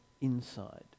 inside